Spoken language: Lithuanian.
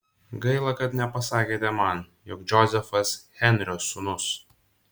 gaila kad nepasakėte man jog džozefas henrio sūnus